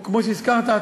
וכמו שהזכרת,